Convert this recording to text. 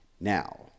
Now